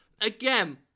again